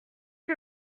que